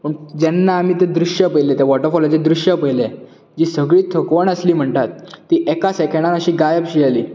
पूण जेन्ना आमी ते दृश्य पयले ते वॉटरफॉलाचें दृश्य पयले तेन्ना ती थकवण आसली म्हणटात ती एका सेकंडान अशी गायबशी जाली